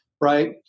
right